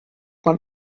man